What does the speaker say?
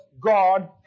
God